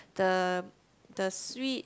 the the sweet